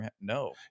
No